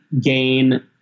gain